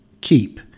keep